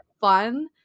fun